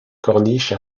corniche